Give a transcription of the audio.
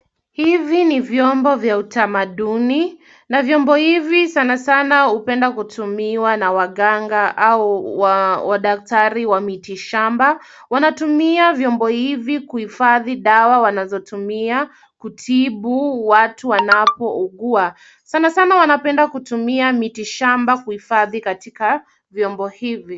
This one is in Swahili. Hivi ni vyombo vya utamaduni na vyombo hivi sana sana hupenda kutumiwa na waganga au wadaktari wa miti shamba. Wanatumia vyombo hivi kuhifadhi dawa wanazo tumia kutibu watu wanapougua. Sana sana wanapenda kutumia miti shamba kuhifadhi katika vyombo hivi.